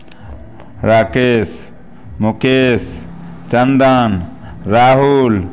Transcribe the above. Rakesh Mukesh Chandan Rahul